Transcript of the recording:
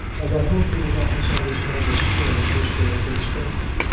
and i hope you will not misunderstand the spirit in which they have been spoken.